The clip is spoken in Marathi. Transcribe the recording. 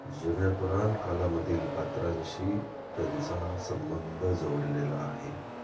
जुन्यापुराण कालामधील पात्रांशी त्यांचा संबंध जोडलेला आहे